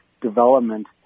development